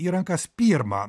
į rankas pirmą